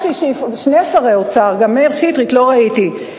שני שרי אוצר, גם מאיר שטרית, לא ראיתי.